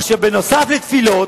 אשר נוסף על תפילות,